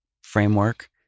framework